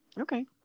okay